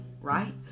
right